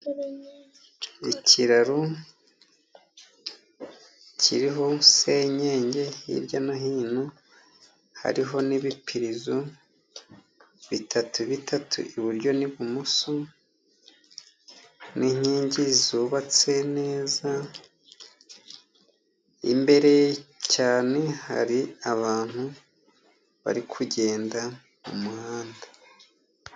Ikiraro kiriho senyenge hirya no hino, hariho n'ibipirizo bitatu bitatu iburyo n'ibumoso, n'inkingi zubatse neza, imbere cyane hari abantu bari kugenda mumuhanda.